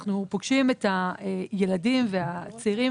אנחנו פוגשים את הילדים והצעירים.